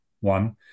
one